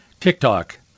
TikTok